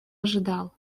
ожидал